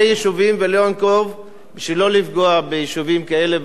ולא אנקוב בשמות בשביל לא לפגוע ביישובים כאלה ואחרים,